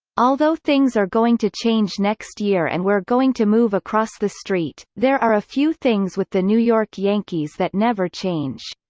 although things are going to change next year and we're going to move across the street, there are a few things with the new york yankees that never change.